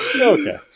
Okay